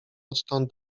odtąd